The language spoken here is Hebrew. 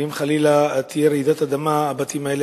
ואם חלילה תהיה רעידת אדמה הבתים האלה